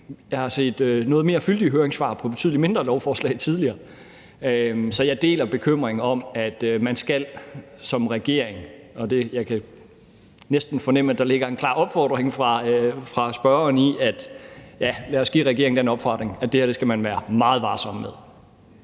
har set noget mere fyldige høringssvar på betydelig mindre lovforslag. Så jeg deler bekymringen, og jeg kan næsten fornemme, at der ligger en klar opfordring fra spørgeren til regeringen om, at det her skal man være meget varsom med.